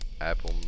Apple